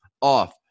off